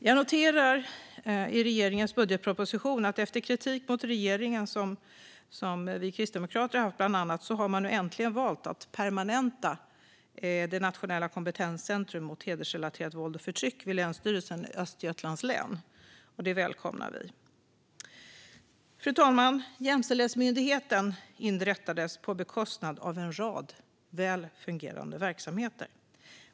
Jag noterar i regeringens budgetproposition att efter kritik mot regeringen från bland andra oss kristdemokrater har man nu äntligen valt att permanenta Nationella kompetensteamet mot hedersrelaterat våld och förtryck vid Länsstyrelsen i Östergötlands län. Det välkomnar vi. Fru talman! Jämställdhetsmyndigheten inrättades på bekostnad av en rad väl fungerande verksamheter.